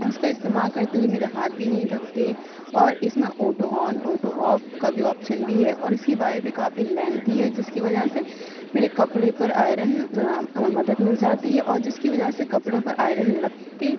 اِس کا استعمال کرتے ہوئے میرے ہاتھ بھی نہیں تھکتے اور اِس میں آٹو آن آٹو آف کا بھی آفشن بھی ہے اور اِس کی وائر بھی کافی لینتھی ہے جس کی وجہ سے میرے کپڑے پر آئرن مدد مل جاتی ہے اور جس کی وجہ سے کپڑے پر آئرن لگتی